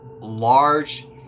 large